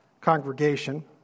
congregation